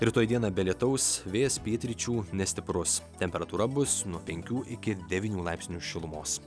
rytoj dieną be lietaus vėjas pietryčių nestiprus temperatūra bus nuo penkių iki devynių laipsnių šilumos